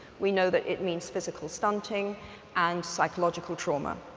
we know that it means physical stunting and psychological trauma.